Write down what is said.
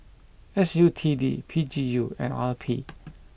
S U T D P G U and R P